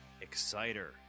exciter